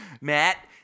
Matt